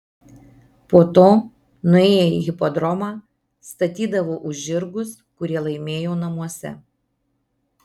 po to nuėję į hipodromą statydavo už žirgus kurie laimėjo namuose